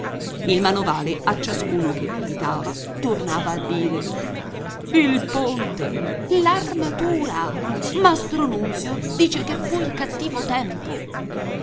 il manovale a ciascuno che capitava tornava a dire il ponte l'armatura mastro nunzio dice che fu il cattivo tempo